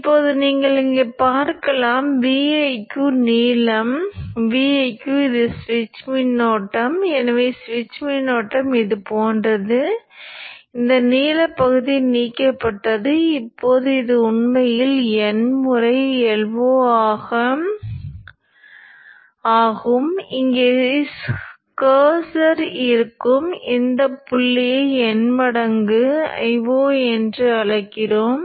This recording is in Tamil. அப்போதுதான் கசிவு ஆற்றல் அந்த கிங்ஸ்யை ஏற்படுத்துகிறது எனவே நான் உண்மையில் n Io பிளஸ் I காந்தமாக்கும் உச்சத்தில் இருப்பேன்